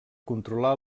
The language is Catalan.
controlar